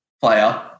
player